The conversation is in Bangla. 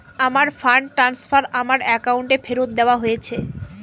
আমার ফান্ড ট্রান্সফার আমার অ্যাকাউন্টে ফেরত দেওয়া হয়েছে